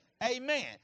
Amen